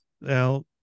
Now